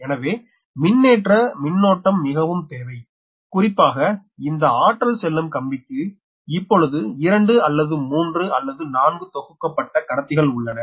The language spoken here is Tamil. எனவே மின்னேற்ற மின்னோட்டம் மிகவும் தேவை குறிப்பாக இந்த ஆற்றல் செல்லும் கம்பிக்கு இப்பொழுது 2 அல்லது 3 அல்லது 4 தொகுக்கப்பட்ட கடத்திகள் உள்ளன